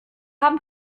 haben